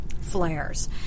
flares